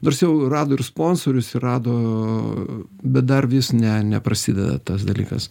nors jau rado ir sponsorius ir rado bet dar vis ne neprasideda tas dalykas